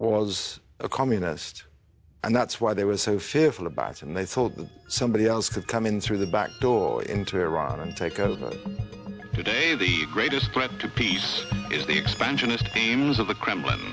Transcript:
was a communist and that's why they were so fearful about it and they thought that somebody else could come in through the back door into iran and take over today the greatest threat to peace is the expansionist beams of the